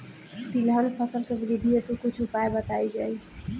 तिलहन फसल के वृद्धी हेतु कुछ उपाय बताई जाई?